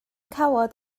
cawod